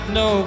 no